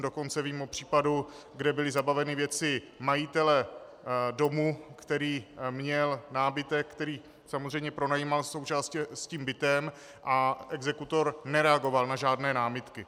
Dokonce vím o případu, kde byly zabaveny věci majitele domu, který měl nábytek, který samozřejmě pronajímal současně s tím bytem, a exekutor nereagoval na žádné námitky.